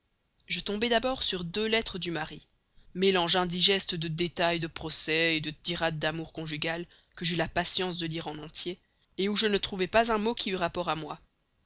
je tombai d'abord sur deux lettres du mari mélange indigeste de détails de procès de tirades d'amour conjugal que j'eus la patience de lire en entier où je ne trouvai pas un mot qui eût rapport à moi